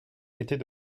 était